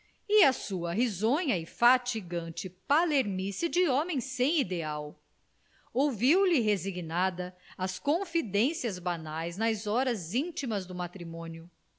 e a sua risonha e fatigante palermice de homem sem ideal ouviu-lhe resignada as confidências banais nas horas intimas do matrimônio